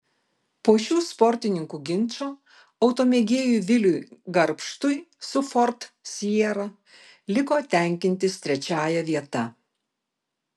po šių sportininkų ginčo automėgėjui viliui garbštui su ford siera liko tenkintis trečiąja vieta